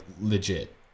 legit